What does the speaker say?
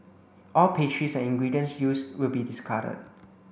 all pastries and ingredients used will be discarded